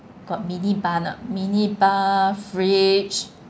got mini bar mini bar fridge